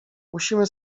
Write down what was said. musimy